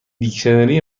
دیکشنری